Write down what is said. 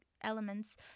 elements